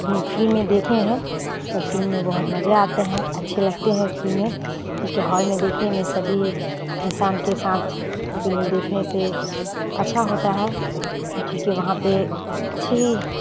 فلمیں دیکھے ہیں اور فلم میں بہت مزہ آتے ہیں اچھے لگتے ہیں فلمیں کیونکہ ہال میں دیکھنے میں سبھی انسان کے ساتھ فلم دیکھنے سے اچھا ہوتا ہے کیونکہ وہاں پہ اچھی ہی